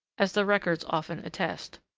as the records often attest.